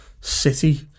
City